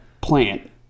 plant